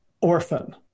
orphan